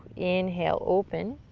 inhale, open.